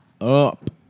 up